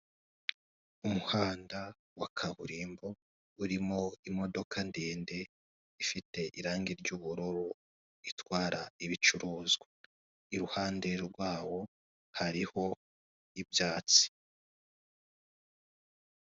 Umuhanda mugari wa kaburimbo, ushamikiyeho undi muhanda. Muri uwo muhanda uwushamikiyeho, hari guturukamo imodoka y'ikamyo ndende ifite ibara ry'ubururu.